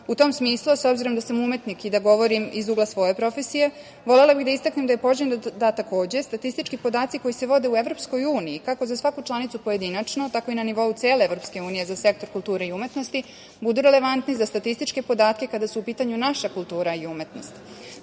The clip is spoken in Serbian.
U tom smislu, a s obzirom da sam umetnik i da govorim iz ugla svoje profesije, volela bih da istaknem da je poželjno da takođe statistički podaci koji se vode u EU kako za svaku članicu pojedinačno, tako i na nivou cele EU za sektor kulture i umetnosti, budu relevantni za statističke podatke kada su u pitanju naša kultura i umetnost. Sa